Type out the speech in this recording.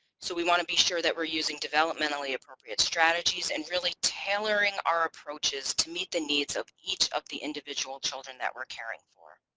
so we want to be sure that we're using developmentally appropriate strategies and really tailoring our approaches to meet the needs of each of the individual children that we're caring for.